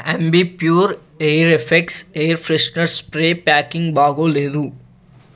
Ambi Pur air effects air freshener spray packing బాగోలేదు